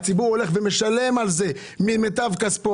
הציבור משלם על זה ממיטב כספו,